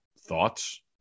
thoughts